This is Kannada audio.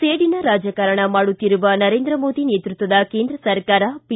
ಸೇಡಿನ ರಾಜಕಾರಣ ಮಾಡುತ್ತಿರುವ ನರೇಂದ್ರ ಮೋದಿ ನೇತೃತ್ವದ ಕೇಂದ್ರ ಸರ್ಕಾರ ಪಿ